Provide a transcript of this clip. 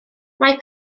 mae